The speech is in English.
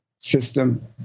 system